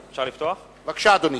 בבקשה, אדוני.